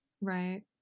right